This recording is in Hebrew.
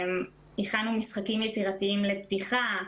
הכנו משחקים יצירתיים לפתיחה,